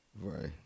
Right